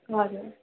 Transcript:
हजुर